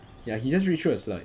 ya he just read through the slides